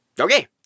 Okay